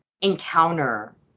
encounter